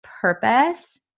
purpose